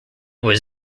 was